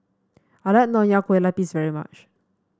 I like Nonya Kueh Lapis very much